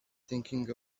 thinking